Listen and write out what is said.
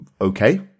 okay